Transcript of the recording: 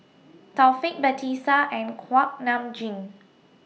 Taufik Batisah and Kuak Nam Jin